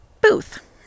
booth